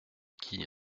qui